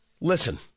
Listen